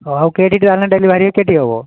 ହଁ ହଉ ଡେଲିଭରି କେଉଁଟି ହେବ